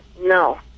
no